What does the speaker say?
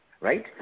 Right